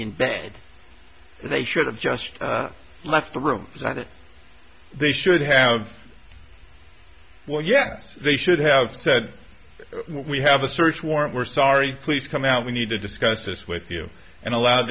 in bed they should have just left the room they should have well yes they should have said we have a search warrant we're sorry please come out we need to discuss this with you and allow